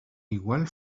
igual